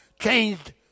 changed